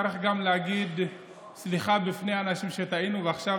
צריך גם להגיד סליחה בפני אנשים שטעינו כלפיהם.